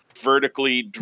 vertically